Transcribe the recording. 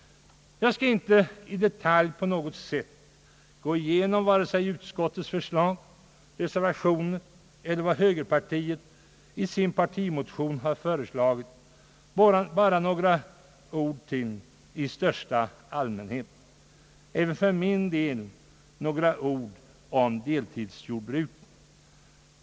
Jag skall inte på något sätt i detalj gå igenom vare sig utskottets förslag, reservationerna eller vad högerpartiet föreslagit i sin partimotion. Bara några ord till i största allmänhet. Även jag vill säga några ord om deltidsjordbruket.